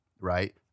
Right